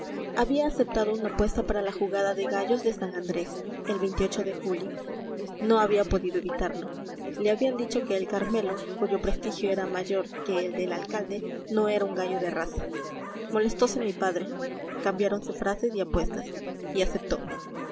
había aceptado una apuesta para la jugada de gallos de isan andrés el de julio no había podido evitarlo le habían dicho que el carmelo cuyo prestigio era mayor que el del alcalde no era un gallo de raza molestóse mi padre cambiáronse frases y apuestas y aceptó